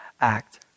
act